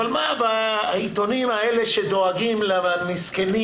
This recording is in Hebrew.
הבעיה היא עם העיתונים האלה שדואגים למסכנים